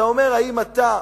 אתה אומר: האם אתה,